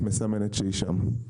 שלהם.